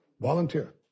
volunteer